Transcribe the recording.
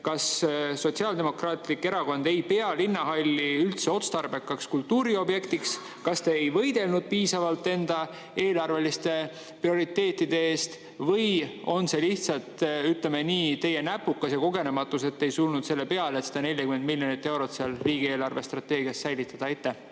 kas Sotsiaaldemokraatlik Erakond ei pea linnahalli üldse otstarbekaks kultuuriobjektiks. Kas te ei võidelnud piisavalt enda eelarveliste prioriteetide eest või on see lihtsalt, ütleme nii, teie näpukas ja kogenematus, et te ei tulnud selle peale, et seda 40 miljonit eurot riigi eelarvestrateegias säilitada?